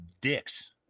dicks